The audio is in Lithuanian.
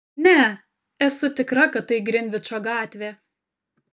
ne esu tikra kad tai grinvičo gatvė